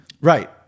right